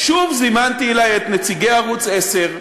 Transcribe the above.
שוב זימנתי אלי את נציגי ערוץ 10,